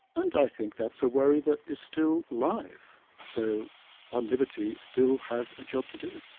and i think that's a worry that is still live, so on liberty still has a job to do.